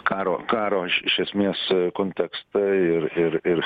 karo karo aš iš esmės kontekstą ir ir ir